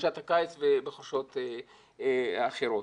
בחופשת הקיץ ובחופשות אחרות.